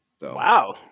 Wow